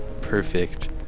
perfect